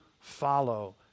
follow